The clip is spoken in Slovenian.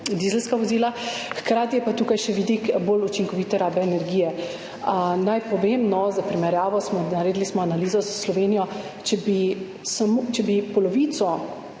dizelska vozila. Hkrati je pa tukaj še vidik bolj učinkovite rabe energije. Naj povem, za primerjavo smo naredili analizo za Slovenijo. Če bi polovico